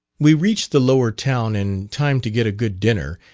we reached the lower town in time to get a good dinner,